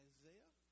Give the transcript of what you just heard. Isaiah